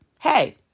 Hey